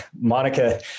Monica